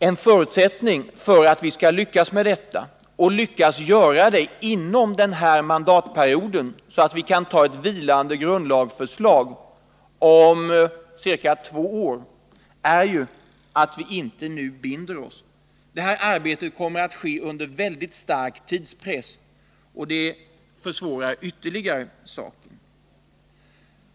En förutsättning för att vi skall lyckas med att inom denna mandatperiod, alltså i praktiken inom ca två år, komma fram till ett beslut om ett vilande grundlagsförslag är att vi inte nu binder oss. Detta arbete kommer således att ske under mycket stark tidspress, och det försvårar saken ytterligare.